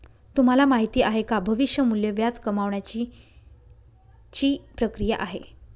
तुम्हाला माहिती आहे का? भविष्य मूल्य व्याज कमावण्याची ची प्रक्रिया आहे